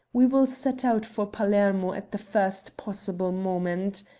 we will set out for palermo at the first possible moment.